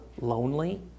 lonely